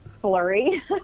flurry